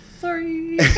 Sorry